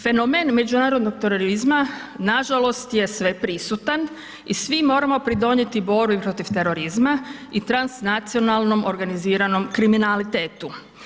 Fenomen međunarodnog terorizma na žalost je sveprisutan i svi moramo pridonijeti borbi protiv terorizma i transnacionalnom organiziranom kriminalitetu.